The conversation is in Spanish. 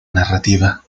narrativa